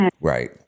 right